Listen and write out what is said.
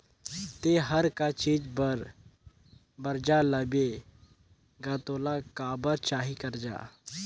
ते हर का चीच बर बरजा लेबे गा तोला काबर चाही करजा